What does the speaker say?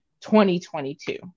2022